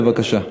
בבקשה.